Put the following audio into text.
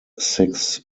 six